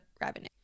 revenue